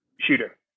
shooter